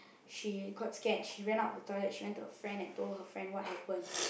she got scared she ran out of the toilet she went to her friend and told her friend what happened